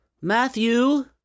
Matthew